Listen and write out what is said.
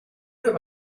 have